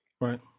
Right